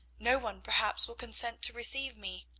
no one perhaps will consent to receive me.